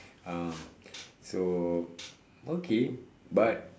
ah so okay but